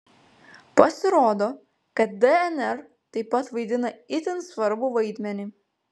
pasirodo kad dnr taip pat vaidina itin svarbų vaidmenį